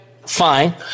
fine